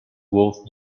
worth